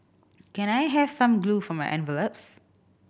can I have some glue for my envelopes